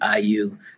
IU